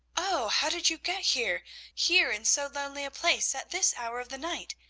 oh, how did you get here here in so lonely a place at this hour of the night,